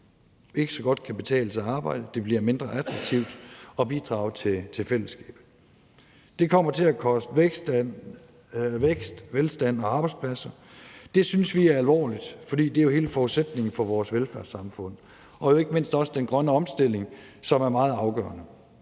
godt kan betale sig at arbejde; det bliver mindre attraktivt at bidrage til fællesskabet. Det kommer til at koste vækst, velstand og arbejdspladser, og det synes vi er alvorligt, fordi det jo er hele forudsætningen for vores velfærdssamfund og ikke mindst også den grønne omstilling, som er meget afgørende.